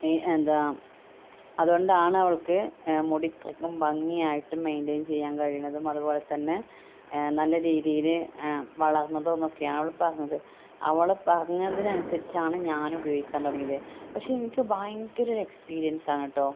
എന്താണ് അതുകൊണ്ടാണ് അവൾക്ക് മുടി ഇത്രയ്ക്കും ഭംഗിയായിട്ട് മെയിൻറയിൻ ചെയ്യാൻ കഴിയുന്നതും അതുപോലെതന്നെ നല്ല രീതിയില് വളർന്നത് എന്നൊക്കെയാണ് അവള് പറഞ്ഞത് അവള് പറഞ്ഞതിന് അനുസരിച്ചാണ് ഞാൻ ഉപയോഗിക്കാൻ തുടങ്ങിയത് പക്ഷേ എനിക്ക് ഭയങ്കര ഒരു എക്സ്പീരിയൻസാണ്ട്ട്ടോ